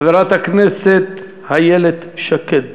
חברת הכנסת איילת שקד